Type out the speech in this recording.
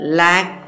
lack